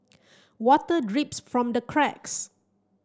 water drips from the cracks